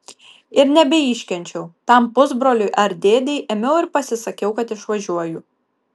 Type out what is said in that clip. ir nebeiškenčiau tam pusbroliui ar dėdei ėmiau ir pasisakiau kad išvažiuoju